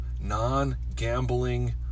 non-gambling